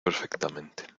perfectamente